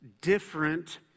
different